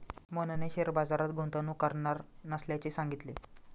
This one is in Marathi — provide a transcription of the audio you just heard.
मोहनने शेअर बाजारात गुंतवणूक करणार नसल्याचे सांगितले